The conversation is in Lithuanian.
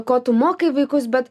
ko tu mokai vaikus bet